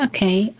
Okay